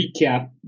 recap